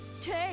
Take